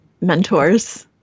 mentors